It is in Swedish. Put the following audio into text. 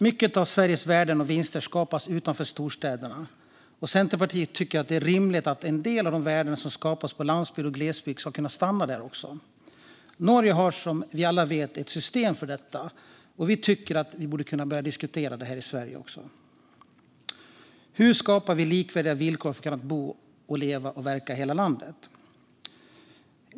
Mycket av Sveriges värden och vinster skapas utanför storstäderna, och Centerpartiet tycker att det är rimligt att en del av de värden som skapas på landsbygden och i glesbygden kan stanna där. Norge har som vi alla vet ett system för detta, och vi tycker att vi borde kunna börja diskutera det i Sverige också. Hur skapar vi likvärdiga villkor för att kunna bo, leva och verka i hela landet?